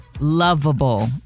lovable